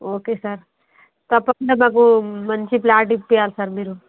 okay sir తప్పకుండా మాకు మంచి ప్లాట్ ఇప్పించాలి సార్ మీరు